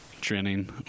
training